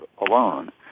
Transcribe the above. alone